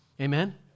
Amen